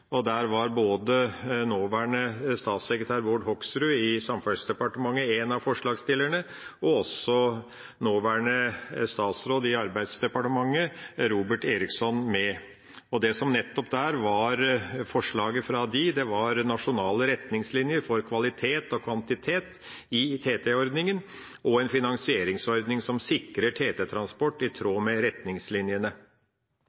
og der var både nåværende statssekretær Bård Hoksrud i Samferdselsdepartementet og nåværende statsråd i Arbeidsdepartementet, Robert Eriksson, med blant forslagsstillerne. Og det som var forslaget fra dem, var «nasjonale retningslinjer for kvalitet og kvantitet i TT-ordningen, og en finansieringsordning som sikrer TT-transport i